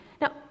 Now